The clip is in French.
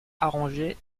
arrangé